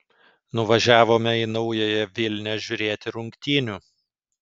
nuvažiavome į naująją vilnią žiūrėti rungtynių